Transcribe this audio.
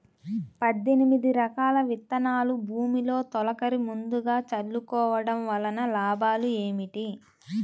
పద్దెనిమిది రకాల విత్తనాలు భూమిలో తొలకరి ముందుగా చల్లుకోవటం వలన లాభాలు ఏమిటి?